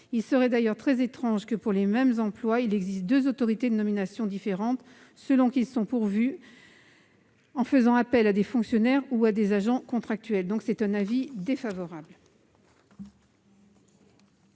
Il serait d'ailleurs très étrange que, pour les mêmes emplois, il existe deux autorités de nomination différentes selon qu'ils sont pourvus en faisant appel à des fonctionnaires ou à des agents contractuels. L'avis est donc défavorable.